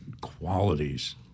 qualities